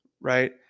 right